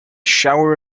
shower